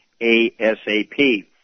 ASAP